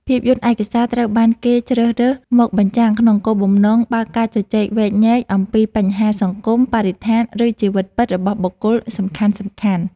ភាពយន្តឯកសារ ត្រូវបានគេជ្រើសរើសមកបញ្ចាំង ក្នុងគោលបំណងបើកការជជែកវែកញែកអំពីបញ្ហាសង្គម បរិស្ថាន ឬជីវិតពិតរបស់បុគ្គលសំខាន់ៗ។